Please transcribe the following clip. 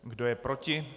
Kdo je proti?